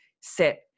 sit